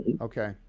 Okay